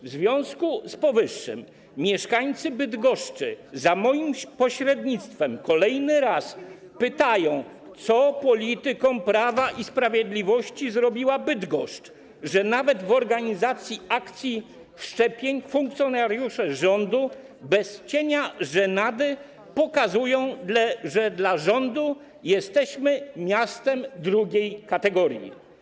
W związku z powyższym mieszkańcy Bydgoszczy za moim pośrednictwem kolejny raz pytają: Co politykom Prawa i Sprawiedliwości zrobiła Bydgoszcz, że nawet w organizacji akcji szczepień funkcjonariusze rządu bez cienia żenady pokazują, że dla rządu jesteśmy miastem drugiej kategorii?